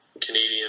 Canadian